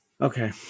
okay